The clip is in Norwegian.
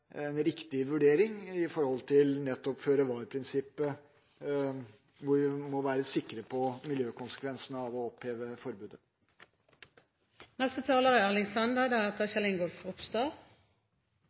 en riktig vurdering med tanke på nettopp føre-var-prinsippet, at vi må være sikre på miljøkonsekvensene av å oppheve forbudet. For Senterpartiet står forvaltartanken høgt. Naturen er